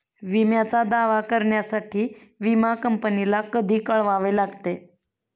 विम्याचा दावा करण्यासाठी विमा कंपनीला कधी कळवावे लागते?